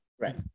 Right